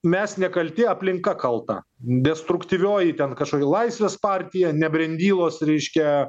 mes nekalti aplinka kalta destruktyvioji ten kažkokia laisvės partija nebrindylos reiškia